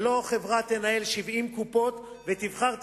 ולא שחברה תנהל 70 קופות ותבחר את